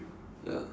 ya